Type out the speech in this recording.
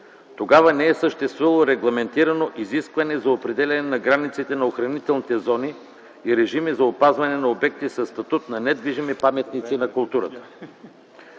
Тогава не е съществувало регламентирано изискване за определяне на границите на охранителните зони и режими за опазване на обекти със статут на недвижими паметници на културата.